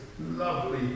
lovely